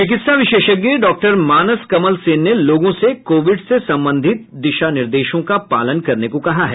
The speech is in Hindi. चिकित्सा विशेषज्ञ डॉक्टर मानस कमल सेन ने लोगों से कोविड से संबंधित दिशा निर्देशों का पालन करने को कहा है